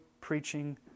preaching